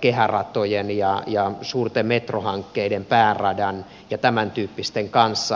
kehäratojen ja suurten metrohankkeiden pääradan ja tämäntyyppisten kanssa